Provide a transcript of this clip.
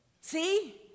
See